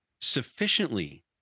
sufficiently